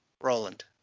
Roland